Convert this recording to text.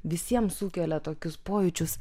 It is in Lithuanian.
visiems sukelia tokius pojūčius